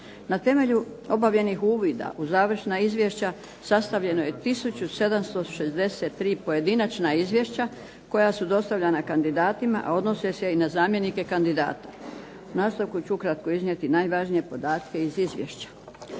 Na temelju obavljenih uvida u završna izvješća sastavljeno je 1763 pojedinačna izvješća koja su dostavljana kandidatima, a odnose se i na zamjenike kandidata. U nastavku ću ukratko iznijeti najvažnije podatke iz izvješća.